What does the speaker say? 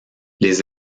les